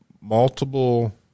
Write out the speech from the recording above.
multiple